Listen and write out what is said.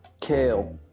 Kale